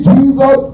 Jesus